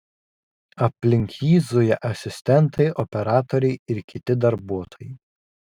aplink jį zuja asistentai operatoriai ir kiti darbuotojai